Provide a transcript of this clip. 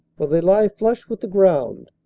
for they lie flush with the ground,